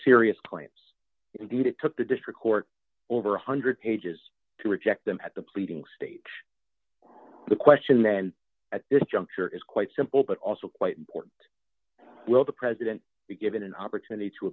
serious points indeed it took the district court over one hundred dollars pages to reject them at the pleading stage the question then at this juncture is quite simple but also quite important will the president be given an opportunity to